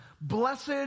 blessed